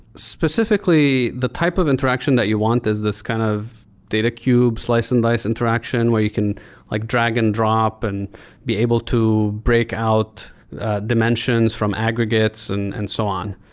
specifi cally, the type of interaction that you want is this kind of data cubes slice and dice interaction where you can like drag-and-drop and be able to break out dimensions from aggregates and and so on.